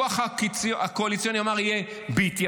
הכוח הקואליציוני אמר: יהיה בהתייעצות,